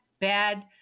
bad